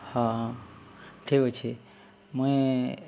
ହଁ ହଁ ଠିକ୍ ଅଛେ ମୁଇଁ